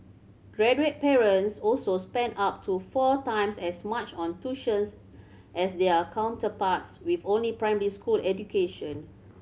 graduate parents also spent up to four times as much on tuitions as their counterparts with only primary school education